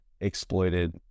exploited